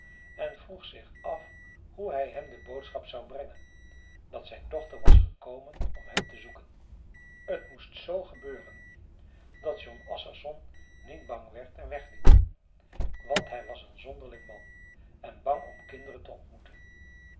en vroeg zich af hoe hij hem de boodschap zou brengen dat zijn dochter was gekomen om hem te zoeken t moest z gebeuren dat jon assarsson niet bang werd en wegliep want hij was een zonderling man en bang om kinderen te ontmoeten